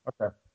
Okay